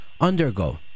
undergo